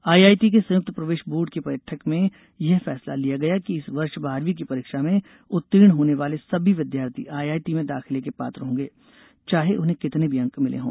IIT के संयुक्त प्रवेश बोर्ड की बैठक में यह फैसला लिया गया कि इस वर्ष बारहवीं की परीक्षा में उत्तीर्ण होने वाले सभी विद्यार्थी आईआईटी में दाखिले के पात्र होंगे चाहे उन्हें कितने भी अंक मिले हों